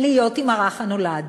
להיות עם הרך הנולד.